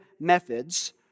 methods